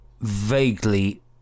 vaguely